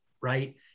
right